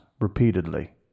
repeatedly